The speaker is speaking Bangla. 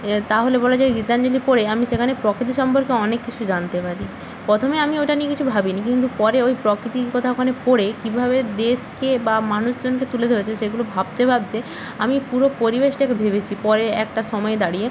তাহলে বলা যায় গীতাঞ্জলি পড়ে আমি সেখানে প্রকৃতি সম্পর্কে অনেক কিছু জানতে পারি প্রথমে আমি ওটা নিয়ে কিছু ভাবি নি কিন্তু পরে ওই প্রকৃতির কথা ওখানে পড়ে কীভাবে দেশকে বা মানুষজনকে তুলে ধরেছে সেগুলো ভাবতে ভাবতে আমি পুরো পরিবেশটাকে ভেবেছি পরে একটা সময় দাঁড়িয়ে